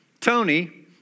Tony